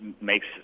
makes